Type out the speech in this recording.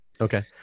okay